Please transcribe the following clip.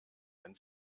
wenn